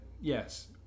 Yes